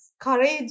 courage